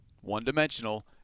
one-dimensional